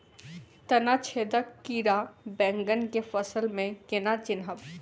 तना छेदक कीड़ा बैंगन केँ फसल म केना चिनहब?